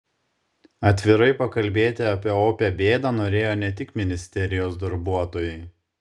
atvirai pakalbėti apie opią bėdą norėjo ne tik ministerijos darbuotojai